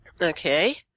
Okay